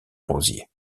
rosiers